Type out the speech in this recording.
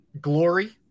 Glory